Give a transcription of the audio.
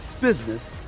business